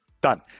Done